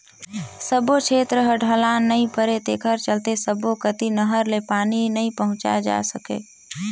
सब्बो छेत्र ह ढलान नइ परय तेखर चलते सब्बो कति नहर ले पानी नइ पहुंचाए जा सकय